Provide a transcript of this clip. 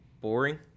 boring